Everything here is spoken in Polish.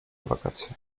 wakacje